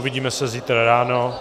Uvidíme se zítra ráno.